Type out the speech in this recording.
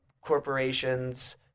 corporations